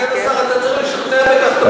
אדוני סגן השר,